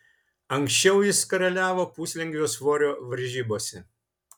anksčiau jis karaliavo puslengvio svorio varžybose